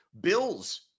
bills